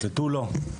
ותו לא.